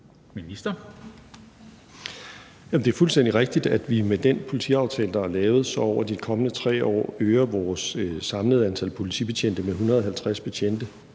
Det er fuldstændig rigtigt, at vi med den politiaftale, der er lavet, over de kommende 3 år øger vores samlede antal politibetjente med 150 betjente